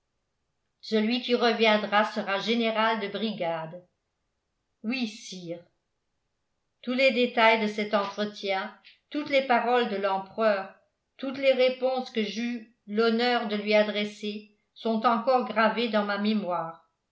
celui qui reviendra sera général de brigade oui sire tous les détails de cet entretien toutes les paroles de l'empereur toutes les réponses que j'eus l'honneur de lui adresser sont encore gravés dans ma mémoire